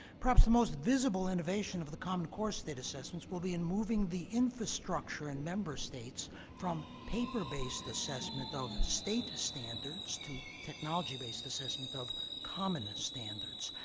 perhaps the most visible innovation of the common core state assessments will be in moving the infrastructure and member states from paper-based assessment of state standards to technology-based assessment of common standards.